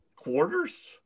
Quarters